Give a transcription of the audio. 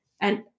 And-